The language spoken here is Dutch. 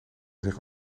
zich